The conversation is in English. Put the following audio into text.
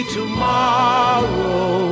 tomorrow